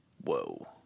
Whoa